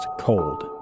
Cold